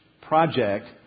Project